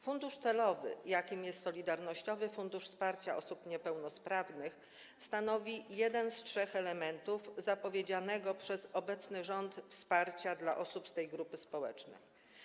Fundusz celowy, jakim jest Solidarnościowy Fundusz Wsparcia Osób Niepełnosprawnych, stanowi jeden z trzech elementów zapowiedzianego przez obecny rząd wsparcia dla osób z tej grupy społecznej.